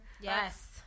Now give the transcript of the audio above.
Yes